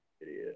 Idiot